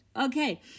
Okay